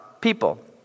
people